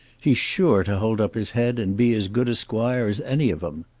he's sure to hold up his head and be as good a squire as any of em.